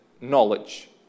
knowledge